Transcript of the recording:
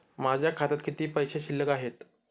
माझ्या खात्यात किती पैसे शिल्लक आहेत?